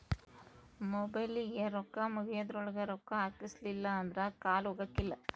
ಮೊಬೈಲಿಗೆ ರೊಕ್ಕ ಮುಗೆದ್ರೊಳಗ ರೊಕ್ಕ ಹಾಕ್ಸಿಲ್ಲಿಲ್ಲ ಅಂದ್ರ ಕಾಲ್ ಹೊಗಕಿಲ್ಲ